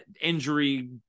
injury